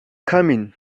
coming